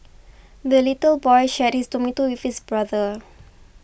the little boy shared his tomato with his brother